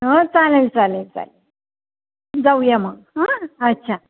हो चालेल चालेल चालेल जाऊया मग हां अच्छा